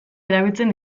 erabiltzen